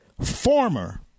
former